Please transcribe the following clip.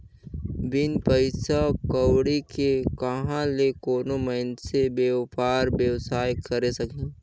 बिन पइसा कउड़ी के कहां ले कोनो मइनसे बयपार बेवसाय करे सकही